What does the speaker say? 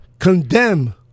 Condemn